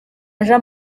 jean